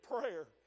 prayer